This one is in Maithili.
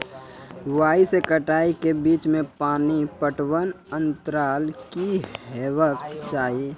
बुआई से कटाई के बीच मे पानि पटबनक अन्तराल की हेबाक चाही?